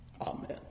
amen